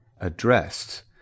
addressed